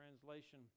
Translation